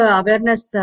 awareness